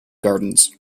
gardens